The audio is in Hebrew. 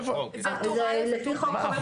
זה לפי חוק חובת מכרזים.